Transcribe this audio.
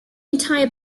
entire